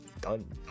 done